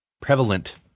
prevalent